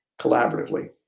collaboratively